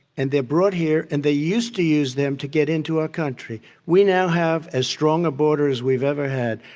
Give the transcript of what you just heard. and they're brought here, and they used to use them to get into our country. we now have as strong a border as we've ever had.